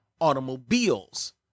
automobiles